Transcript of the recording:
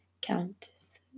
Countess